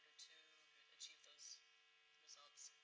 achieve those results.